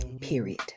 Period